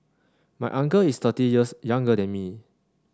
my uncle is thirty years younger than me